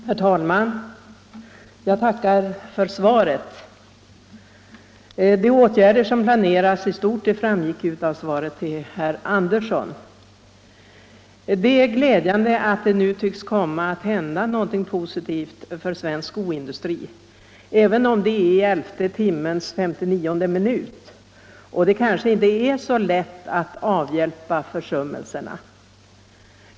Herr talman! Jag tackar för svaret. De åtgärder som planeras i stort framgick av svaret till herr Andersson i Örebro. Det är glädjande att det nu tycks komma att hända någonting positivt för svensk skoindustri, även om det är i elfte timmens 59:e minut och det kanske inte är så lätt att avhjälpa försummelserna.